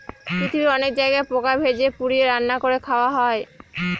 পৃথিবীর অনেক জায়গায় পোকা ভেজে, পুড়িয়ে, রান্না করে খাওয়া হয়